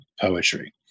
poetry